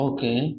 Okay